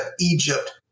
Egypt